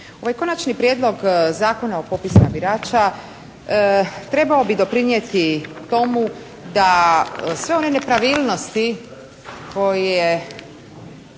Ovaj Konačni prijedlog Zakona o popisima birača trebao bi doprinijeti tomu da sve one nepravilnosti koje,